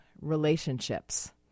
relationships